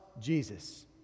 Jesus